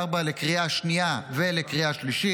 2024, לקריאה השנייה ולקריאה השלישית.